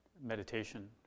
meditation